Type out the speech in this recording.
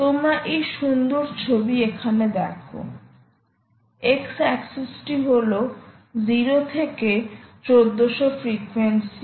তোমরা এই সুন্দর ছবি এখানে দেখো x অ্যাক্সিস টি হল 0 থেকে 1400 ফ্রিকোয়েন্সি